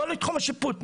לא לתחום השיפוט,